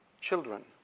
Children